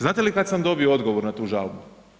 Znate li kada sam dobio odgovor na tu žalbu?